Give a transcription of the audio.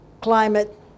climate